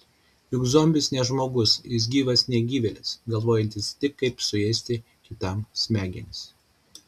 juk zombis ne žmogus jis gyvas negyvėlis galvojantis tik kaip suėsti kitam smegenis